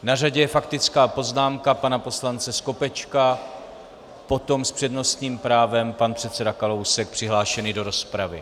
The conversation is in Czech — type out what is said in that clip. Na řadě je faktická poznámka pana poslance Skopečka, potom s přednostním právem pan předseda Kalousek přihlášený do rozpravy.